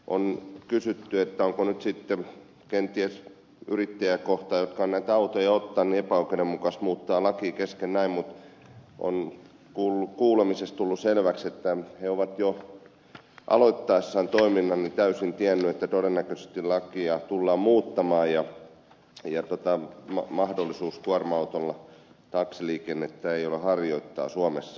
on kysytty että onko nyt sitten kenties yrittäjiä kohtaan jotka ovat näitä autoja ottaneet epäoikeudenmukaista muuttaa lakia kesken näin mutta kuulemisessa on tullut selväksi että he ovat jo aloittaessaan toiminnan täysin tienneet että todennäköisesti lakia tullaan muuttamaan ja mahdollisuutta kuorma autolla taksiliikennettä harjoittaa ei ole suomessa